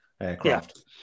aircraft